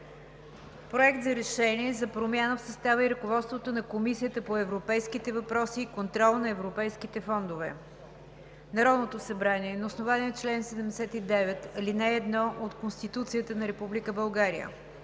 „Проект! РЕШЕНИЕ за промяна в състава и ръководството на Комисията по европейските въпроси и контрол на европейските фондове Народното събрание на основание чл. 79, ал. 1 от Конституцията на